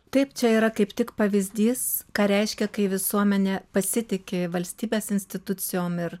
taip čia yra kaip tik pavyzdys ką reiškia kai visuomenė pasitiki valstybės institucijom ir